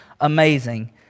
amazing